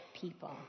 people